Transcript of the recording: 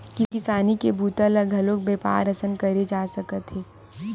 किसानी के बूता ल घलोक बेपार असन करे जा सकत हे